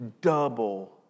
double